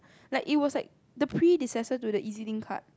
like it was like the predecessor to the E_Z-Link card